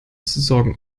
sorgen